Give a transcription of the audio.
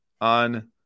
on